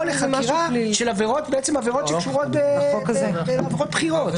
או לחקירה של עבירות שקשורות בעבירות בחירות.